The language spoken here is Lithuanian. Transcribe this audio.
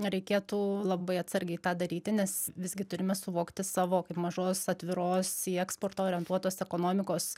reikėtų labai atsargiai tą daryti nes visgi turime suvokti savo kaip mažos atviros į eksportą orientuotos ekonomikos